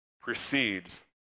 precedes